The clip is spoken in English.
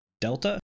delta